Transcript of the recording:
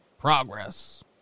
Progress